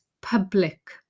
public